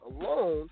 alone